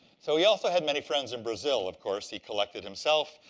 so he also had many friends in brazil, of course. he collected, himself,